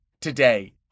today